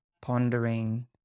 pondering